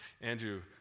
Andrew